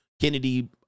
Kennedy